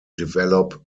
develop